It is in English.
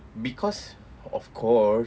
because of course